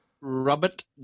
Robert